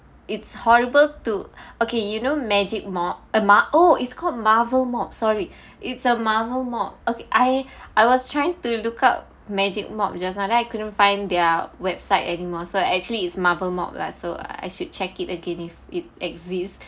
it's horrible to okay you know magic mop uh ma oh it's called marvel mop sorry it's a marvel mop okay I I was trying to look up magic mop just now then I couldn't find their website anymore so actually it's marvel mop lah so I should check it again if it exists